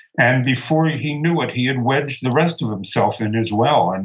and before he he knew it, he had wedged the rest of himself in, as well. and